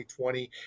2020